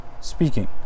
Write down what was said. speaking